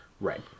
right